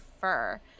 fur